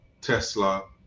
Tesla